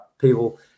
people